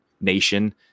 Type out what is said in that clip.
nation